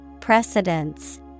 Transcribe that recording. Precedence